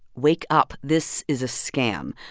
wake up this is a scam.